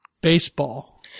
baseball